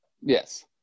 Yes